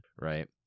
right